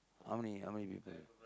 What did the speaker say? how many how many people